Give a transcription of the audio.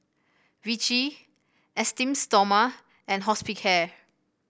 Vichy Esteem Stoma and Hospicare